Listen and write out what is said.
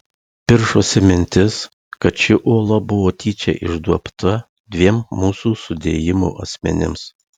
piršosi mintis kad ši ola buvo tyčia išduobta dviem mūsų sudėjimo asmenims